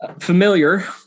Familiar